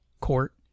court